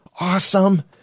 Awesome